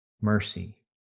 mercy